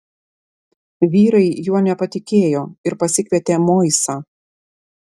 vyrai juo nepatikėjo ir pasikvietė moisą